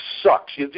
sucks